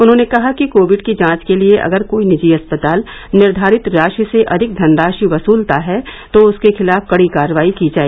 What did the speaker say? उन्होंने कहा कि कोविड की जांच के लिए अगर कोई निजी अस्पताल निर्घारित राशि से अधिक धनराशि वसूलता है तो उसके खिलाफ कड़ी कार्रवाई की जाए